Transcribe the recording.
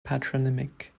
patronymic